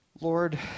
Lord